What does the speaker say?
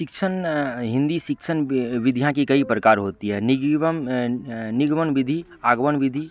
शिक्षण हिन्दी शिक्षण भी विधियाँ की कई प्रकार होती हैं निगिवम निगमन विधि आगमन विधि